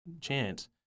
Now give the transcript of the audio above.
chance